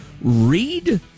read